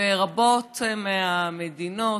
ורבות מהמדינות,